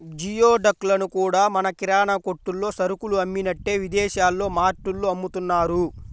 geoduck లను కూడా మన కిరాణా కొట్టుల్లో సరుకులు అమ్మినట్టే విదేశాల్లో మార్టుల్లో అమ్ముతున్నారు